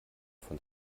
von